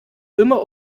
immer